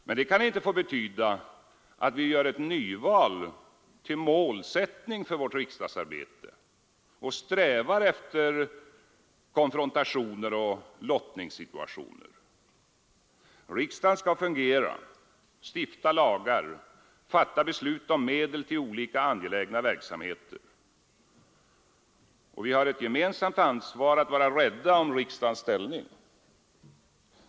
Men det kan inte få betyda att vi gör ett nyval till målsättning för vårt riksdagsarbete och strävar efter konfrontationer och lottningssituationer. Riksdagen skall fungera, stifta lagar, fatta beslut om medel till olika angelägna verksamheter. Vi har ett gemensamt ansvar att vara rädda om riksdagens ställning.